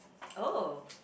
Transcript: oh